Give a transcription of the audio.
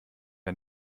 der